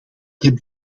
heb